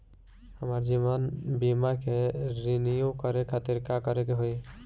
हमार जीवन बीमा के रिन्यू करे खातिर का करे के होई?